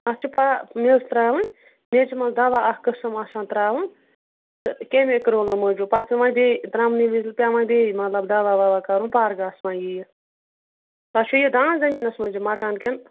اَتھ چھِ پا میٚژ ترٛاوٕنۍ میٚژِ منٛز دَوا اَکھ قسٕم آسان ترٛاوُن تہٕ کیٚمیٚو کرۭلو موٗجوٗب پَتہٕ چھِ وۄنۍ بیٚیہِ درٛمنہٕ وِز پیٚوان بیٚیہِ مطلب دوا وَوا کَرُن پَر گاسہٕ ما یِیہِ تۄہہِ چھُو یہِ دانہِ زٔمیٖنَس منٛز یہِ مَکان کنہٕ